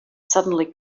suddenly